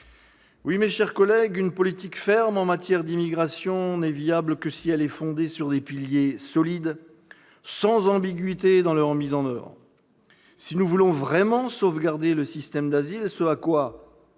Mes chers collègues, une politique ferme en matière d'immigration n'est viable que si elle est fondée sur des piliers solides, sans ambiguïté dans leur mise en oeuvre. Si nous voulons vraiment sauvegarder le système d'asile, ce à quoi,